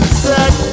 set